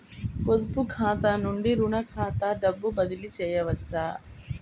పొదుపు ఖాతా నుండీ, రుణ ఖాతాకి డబ్బు బదిలీ చేయవచ్చా?